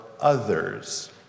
others